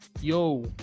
yo